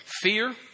fear